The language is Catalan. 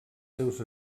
seus